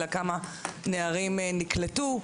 אלא כמה נערים נקלטו,